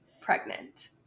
pregnant